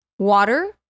water